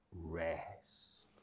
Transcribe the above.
rest